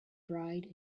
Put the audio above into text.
bride